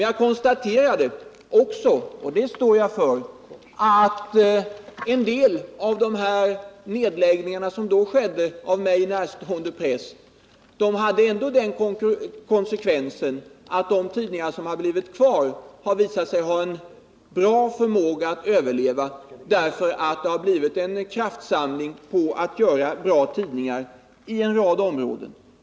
Jag konstaterade också — och det står jag för — att en del av de nedläggningar av mig närstående press som då ägde rum har haft den konsekvensen att de tidningar som har blivit kvar har visat sig ha en bra förmåga att överleva. Anledningen till detta är att det har skett en kraftsamling för att göra bra tidningar i en rad områden.